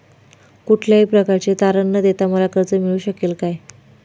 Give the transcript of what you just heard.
कुठल्याही प्रकारचे तारण न देता मला कर्ज मिळू शकेल काय?